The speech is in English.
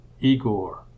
Igor